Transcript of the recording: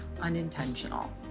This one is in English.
unintentional